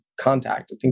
contact